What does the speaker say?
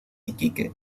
iquique